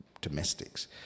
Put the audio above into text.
domestics